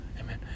Amen